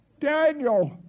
Daniel